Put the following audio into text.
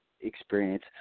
experience